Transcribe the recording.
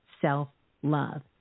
self-love